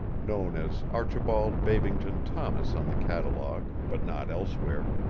known as archibald babington thomas on the catalogue, but not elsewhere,